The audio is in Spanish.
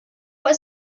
fue